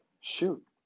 Shoot